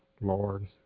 Lord